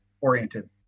oriented